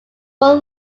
full